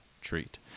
treat